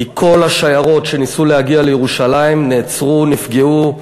כי כל השיירות שניסו להגיע לירושלים נעצרו, נפגעו,